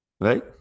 right